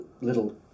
little